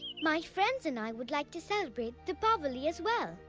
my friends and i would like to celebrate dipavali as well,